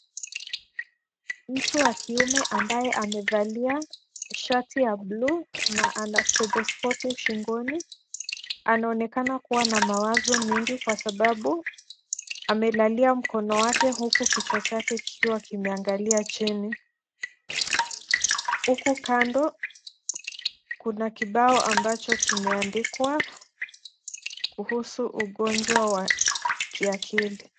Mtu wa kiume ambaye amevalia shati ya buluu na ana stetheskopu shingoni .Anaoenkana kuwa na mawazo mengi kwa sababu amelalia mkono wake huku kichwa chake kikiwa kimeangalia chini .Huku kando kuna kibao ambacho kimeandikwa kuhusu ugonjwa wa kiakili.